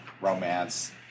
romance